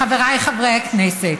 חבריי חברי הכנסת,